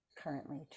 currently